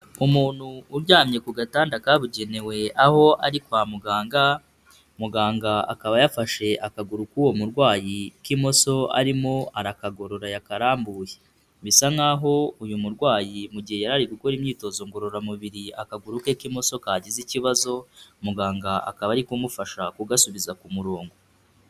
Umuntu uryamye ku gatanda kabugenewe aho ari kwa muganga, muganga akaba yafashe akaguru k'uwo murwayi k'imoso arimo arakagorora yakarambuye. Bisa nkaho uyu murwayi mu gihe yari ari gukora imyitozo ngororamubiri akaguru ke k'imoso kagize ikibazo, muganga akaba ari kumufasha kugasubiza ku murongo.